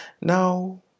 now